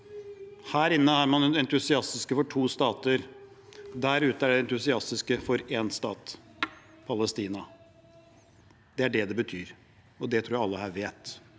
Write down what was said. Her inne er man entusiastisk til to stater. Der ute er de entusiastiske til én stat, Palestina. Det er det det betyr, og det tror jeg alle her vet.